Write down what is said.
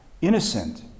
Innocent